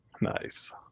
Nice